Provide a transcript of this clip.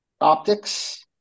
optics